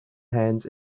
hands